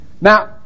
Now